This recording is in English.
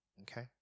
Okay